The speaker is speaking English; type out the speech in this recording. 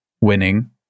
winning